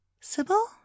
Sybil